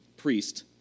priest